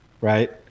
right